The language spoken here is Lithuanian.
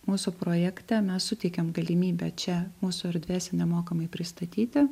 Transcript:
mūsų projekte mes suteikiam galimybę čia mūsų erdvėse nemokamai pristatyti